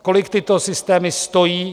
Kolik tyto systémy stojí?